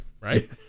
right